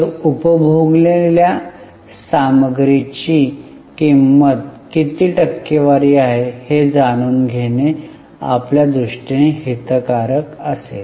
तर उपभोगलेल्या सामग्रीची किंमत किती टक्केवारी आहे हे जाणून घेणे आपल्या दृष्टीने हितकारक असेल